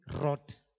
rot